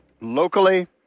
locally